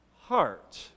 heart